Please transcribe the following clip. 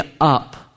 up